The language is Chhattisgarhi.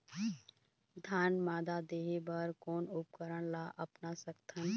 धान मादा देहे बर कोन उपकरण ला अपना सकथन?